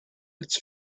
its